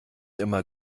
immer